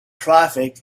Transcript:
traffic